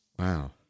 Wow